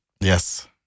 Yes